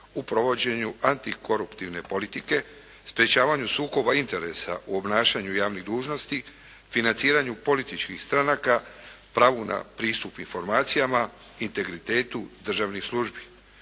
u provođenju antikoruptivne politike, sprječavanju sukoba interesa u obnašanju javnih dužnosti, financiranju političkih stranaka, pravu na pristup informacijama, integritetu državnih službi.